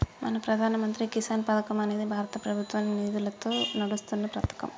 మన ప్రధాన మంత్రి కిసాన్ పథకం అనేది భారత ప్రభుత్వ నిధులతో నడుస్తున్న పతకం